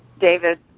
David